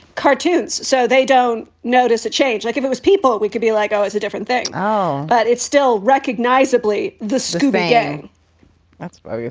cartoons so they don't notice a change. like if it was people, we could be like, oh, it's a different thing. oh, but it's still recognizably the scooby gang that's yeah